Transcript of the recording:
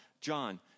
John